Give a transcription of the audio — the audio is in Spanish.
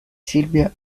silvia